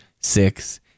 six